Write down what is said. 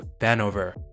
Vanover